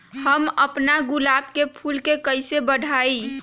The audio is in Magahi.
हम अपना गुलाब के फूल के कईसे बढ़ाई?